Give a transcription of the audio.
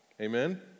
Amen